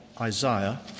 Isaiah